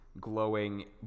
glowing